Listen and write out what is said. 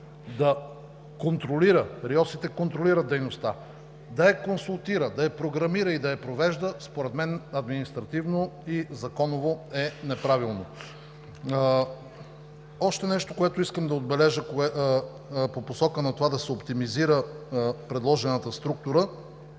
и водите, да контролира дейността, да я консултира, да я програмира и да я провежда, според мен административно и законово е неправилно. Още нещо, което искам да отбележа по посока на това да се оптимизира предложената структура,